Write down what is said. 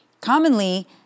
Commonly